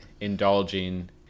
indulging